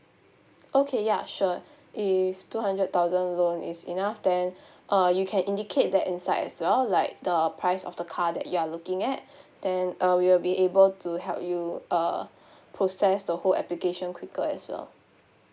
okay ya sure if two hundred thousand loan is enough then uh you can indicate that inside as well like the price of the car that you are looking at then uh we will be able to help you uh process the whole application quicker as well